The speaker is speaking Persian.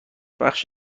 بخش